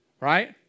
right